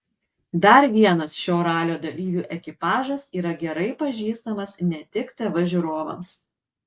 dar vienas šio ralio dalyvių ekipažas yra gerai pažįstamas ne tik tv žiūrovams